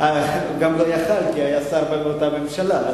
גם לא יכול, כי הוא היה שר באותה ממשלה.